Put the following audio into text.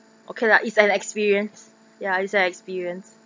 okay lah it's an experience ya it's an experience